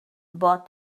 bought